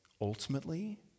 ultimately